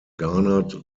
garnered